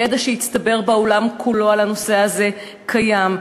ידע שהצטבר בעולם כולו על הנושא הזה קיים.